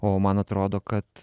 o man atrodo kad